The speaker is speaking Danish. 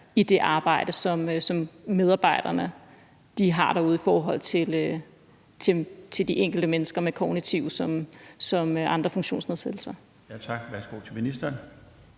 i det arbejde, som medarbejderne har derude, i forhold til de enkelte mennesker med kognitive såvel som andre funktionsnedsættelser.